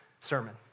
sermon